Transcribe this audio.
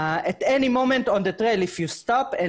At any moment on the trail if you stopped and